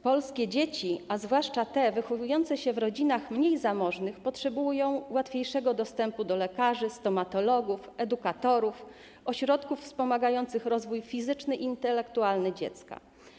Polskie dzieci, a zwłaszcza te wychowujące się w rodzinach mniej zamożnych, potrzebują łatwiejszego dostępu do lekarzy, stomatologów, edukatorów, ośrodków wspomagających rozwój fizyczny i intelektualny dziecka.